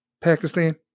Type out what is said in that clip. Pakistan